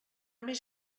més